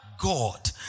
god